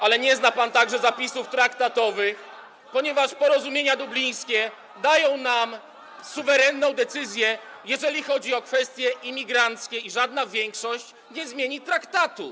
ale nie zna pan także zapisów traktatowych, ponieważ porozumienia dublińskie dają nam suwerenną decyzję, jeżeli chodzi o kwestie imigranckie, i żadna większość nie zmieni traktatu.